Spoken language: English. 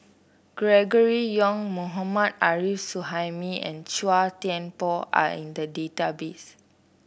Gregory Yong Mohammad Arif Suhaimi and Chua Thian Poh are in the database